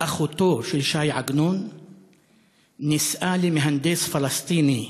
בת-אחותו של ש"י עגנון נישאה למהנדס פלסטיני